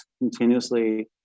continuously